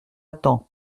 temps